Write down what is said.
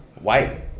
White